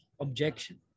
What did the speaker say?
objection